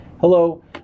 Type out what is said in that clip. hello